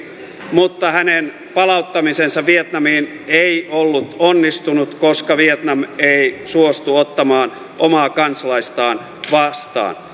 mutta hänen palauttamisensa vietnamiin ei ollut onnistunut koska vietnam ei suostu ottamaan omaa kansalaistaan vastaan